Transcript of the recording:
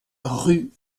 rue